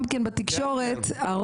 גם בתקשורת,